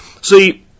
See